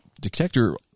detector